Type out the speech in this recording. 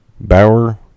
Bauer